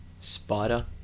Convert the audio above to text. Spider